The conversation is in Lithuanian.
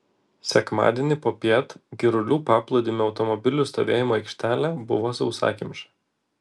sekmadienį popiet girulių paplūdimio automobilių stovėjimo aikštelė buvo sausakimša